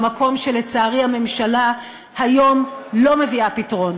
במקום שלצערי הממשלה היום לא מביאה פתרון.